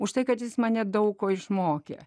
už tai kad jis mane daug ko išmokė